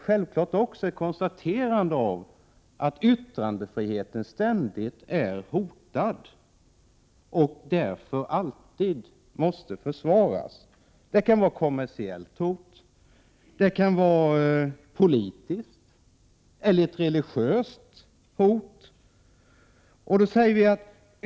Självfallet innebär detta att yttrandefriheten ständigt är hotad. Därför måste denna alltid försvaras. Det kan vara fråga om ett kommersiellt hot, ett politiskt hot eller ett religiöst hot.